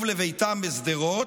או חשש לשוב לביתם בשדרות,